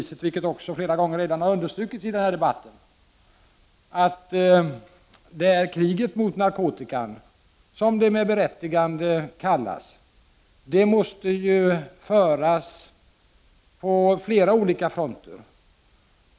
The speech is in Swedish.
Som flera gånger har understrukits i denna debatt är det som bekant kriget mot narkotikan, som det med berättigande kallas, som måste föras på flera olika fronter.